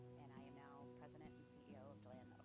and i am now president and ceo of deland